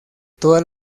toda